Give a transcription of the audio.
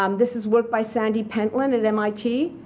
um this is work by sandy pentland at mit.